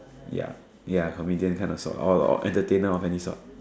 ya ya comedian kind of sort or or entertainer of any sort